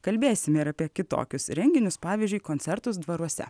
kalbėsime ir apie kitokius renginius pavyzdžiui koncertus dvaruose